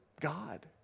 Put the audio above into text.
God